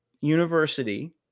university